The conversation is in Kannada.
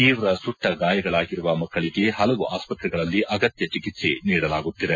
ತೀವ್ರ ಸುಟ್ಟ ಗಾಯಗಳಾಗಿರುವ ಮಕ್ಕಳಿಗೆ ಹಲವು ಆಸ್ಪತ್ರೆಗಳಲ್ಲಿ ಅಗತ್ಯ ಚಿಕಿತ್ಸೆ ನೀಡಲಾಗುತ್ತಿದೆ